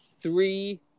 three